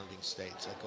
states